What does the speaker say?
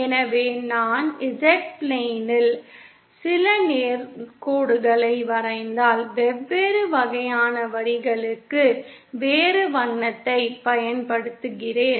எனவே நான் Z பிளேனில் சில நேர் கோடுகளை வரைந்தால் வெவ்வேறு வகையான வரிகளுக்கு வேறு வண்ணத்தைப் பயன்படுத்துகிறேன்